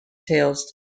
tales